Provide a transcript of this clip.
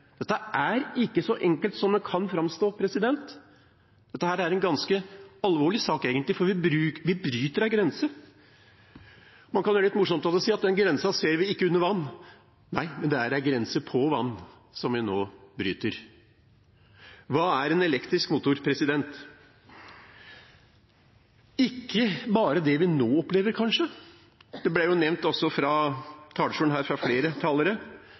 Dette er ikke så enkelt som det kan framstå, dette er egentlig en ganske alvorlig sak, for vi bryter en grense. Man kan gjøre noe litt morsomt ut av det og si at den grensen ser vi ikke under vann. Nei, men det er en grense på vann som vi nå bryter. Hva er en elektrisk motor? Kanskje ikke bare det vi nå opplever. Det ble nevnt også fra talerstolen her, fra flere talere,